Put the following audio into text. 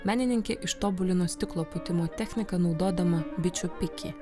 menininkė ištobulino stiklo pūtimo techniką naudodama bičių pikį